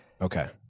Okay